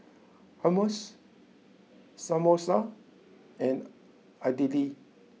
Hummus Samosa and Idili